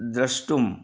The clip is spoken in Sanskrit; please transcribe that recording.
द्रष्टुम्